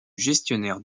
gestionnaire